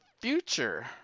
future